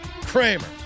Kramer